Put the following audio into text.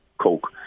coke